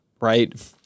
right